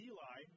Eli